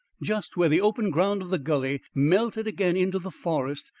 just where the open ground of the gully melted again into the forest,